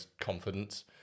confidence